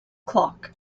clock